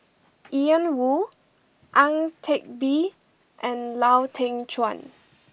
Ian Woo Ang Teck Bee and Lau Teng Chuan